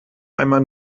einmal